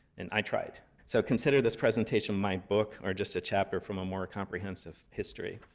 and i tried. so consider this presentation my book, or just a chapter from a more comprehensive history.